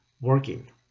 working